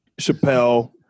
Chappelle